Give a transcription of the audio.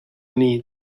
needs